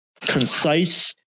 concise